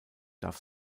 darf